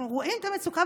אנחנו רואים את המצוקה,